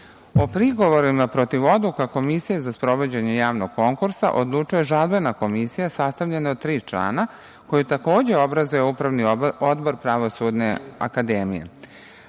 prigovorima protiv odluka Komisije za sprovođenje javnog konkursa odlučuje Žalbena komisije sastavljena od tri člana, koju takođe obrazuje Upravni odbor Pravosudne akademije. Posle